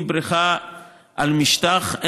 היא בריכה על משטח,